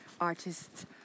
artists